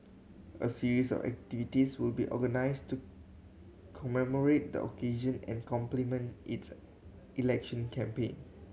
a series of activities will be organised to commemorate the occasion and complement its election campaign